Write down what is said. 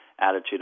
attitude